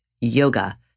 yoga